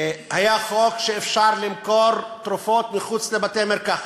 היה חוק שאפשר למכור תרופות מחוץ לבתי-מרקחת.